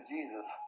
Jesus